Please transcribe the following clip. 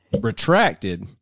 retracted